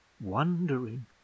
wondering